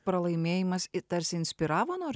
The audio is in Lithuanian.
pralaimėjimas į tarsi inspiravo nor